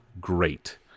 great